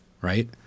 right